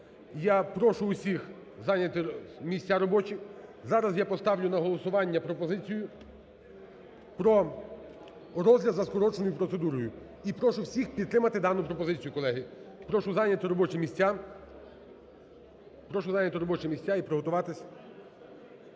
Я прошу усіх зайняти місця робочі. Зараз я поставлю на голосування пропозицію про розгляд за скороченою процедурою і прошу всіх підтримати дану пропозицію, колеги. Прошу зайняти робочі місця. Прошу